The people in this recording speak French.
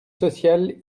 sociales